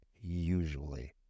usually